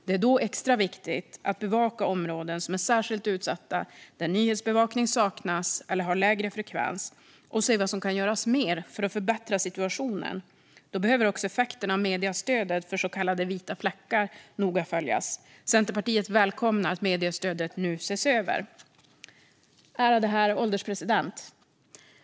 Det är då extra viktigt att bevaka områden som är särskilt utsatta där nyhetsbevakning saknas eller har lägre frekvens och se vad mer som kan göras för att förbättra situationen. Då behöver också effekterna av mediestödet för så kallade vita fläckar noga följas. Centerpartiet välkomnar att mediestödet nu ses över. Ärade herr ålderspresident!